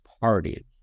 Party